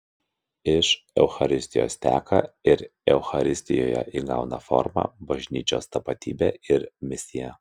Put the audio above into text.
iš eucharistijos teka ir eucharistijoje įgauna formą bažnyčios tapatybė ir misija